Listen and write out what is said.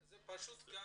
זה פשוט לא